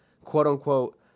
quote-unquote